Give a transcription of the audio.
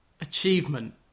achievement